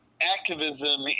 activism